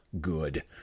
good